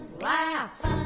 laughs